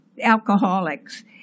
alcoholics